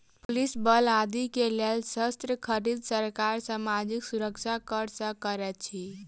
police बल आदि के लेल शस्त्र खरीद, सरकार सामाजिक सुरक्षा कर सँ करैत अछि